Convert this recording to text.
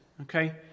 okay